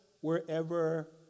wherever